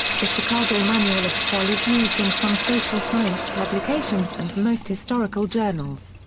the chicago manual of style is used in some social science publications and most historical journals.